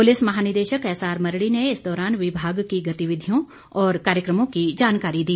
police महानिदेशक एसआरमरडी ने इस दौरान विभाग की गतिविधियों व कार्यक्रमों की जानकारी दी